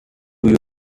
you